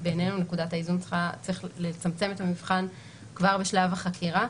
שבעינינו נקודת האיזון צריכה לצמצם את המבחן כבר בשלב החקירה.